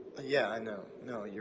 yeah, i know. no, you're